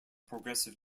progressive